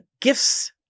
gifts